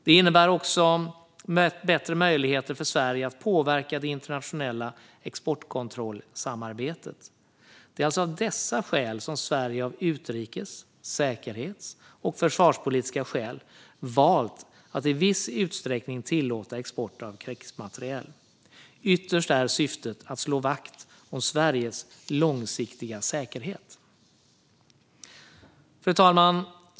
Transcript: Det innebär också bättre möjligheter för Sverige att påverka det internationella exportkontrollsamarbetet. Det är alltså av utrikes, säkerhets och försvarspolitiska skäl som Sverige har valt att i viss utsträckning tillåta export av krigsmateriel. Ytterst är syftet att slå vakt om Sveriges långsiktiga säkerhet. Fru talman!